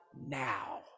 now